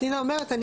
פנינה אומרת,